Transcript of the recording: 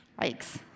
Yikes